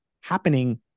happening